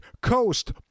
Coast